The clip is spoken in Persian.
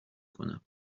کنم